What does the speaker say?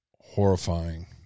Horrifying